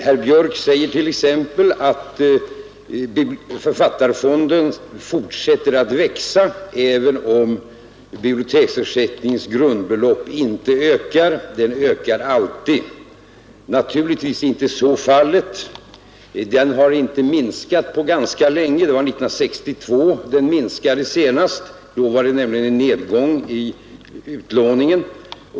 Herr Björk säger t.ex. att författarfonden fortsätter att växa, även om biblioteksersättningens grundbelopp inte ökar — fonden ökar alltid. Naturligtvis är inte så fallet. Författarfonden har inte minskat på ganska länge. Den minskade senast 1962, då det var en nedgång i utlåningen.